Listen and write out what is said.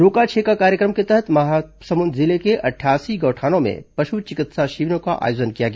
रोका छेका कार्यक्रम के तहत महासमुंद जिले के अठासी गौठानों में पशु चिकित्सा शिविरों का आयोजन किया गया